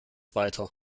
weiter